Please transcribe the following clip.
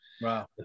Wow